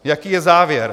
Jaký je závěr?